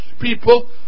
people